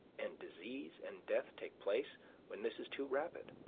and disease and death take place when this is too rapid